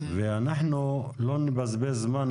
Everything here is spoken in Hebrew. ואני מקווה שנעביר את הצעת החוק